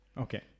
okay